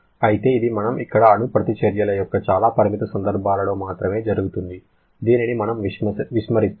అయితే ఇది మనము ఇక్కడ అణు ప్రతిచర్యల యొక్క చాలా పరిమిత సందర్భాలలో మాత్రమే జరుగుతుంది దీనిని మనము విస్మరిస్తున్నాము